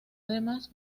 además